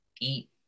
eat